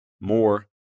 more